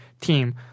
team